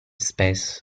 spes